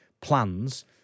plans